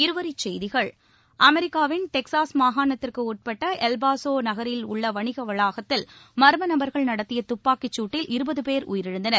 இருவரிச்செய்திகள் அமெரிக்காவின் டெக்சாஸ் மாகாணத்திற்கு உட்பட்ட எல்பாசோ நகரில் உள்ள வணிக வளாகத்தில் மர்ம நபர்கள் நடத்திய துப்பாக்கிச்சூட்டில் இருபது பேர் உயிரிழந்தனர்